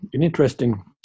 interesting